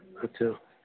अच्छा